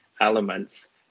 elements